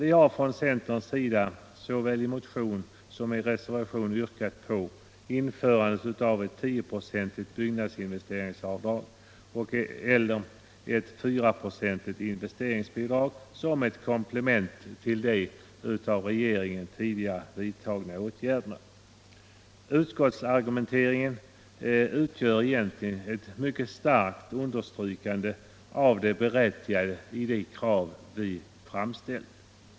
Vi har från centern såväl i motion som i reservation yrkat på införandet av ett 10-procentigt byggnadsinvesteringsavdrag eller ett 4-procentigt investeringsbidrag som ett komplement till de av regeringen tidigare vidtagna åtgärderna. Utskottsargumenteringen utgör egentligen ett mycket starkt understrykande av det berättigade i de krav centern framställt.